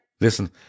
listen